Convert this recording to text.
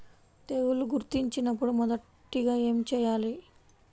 తెగుళ్లు గుర్తించినపుడు మొదటిగా ఏమి చేయాలి?